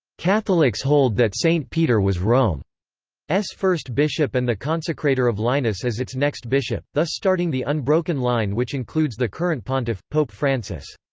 catholics hold that saint peter was rome's first bishop and the consecrator of linus as its next bishop, thus starting the unbroken line which includes the current pontiff, pope francis.